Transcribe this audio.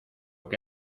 que